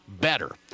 better